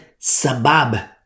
sabab